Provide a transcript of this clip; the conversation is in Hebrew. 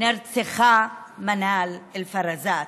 נרצחה מנאל אלפזראת.